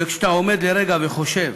וכשאתה עומד לרגע וחושב,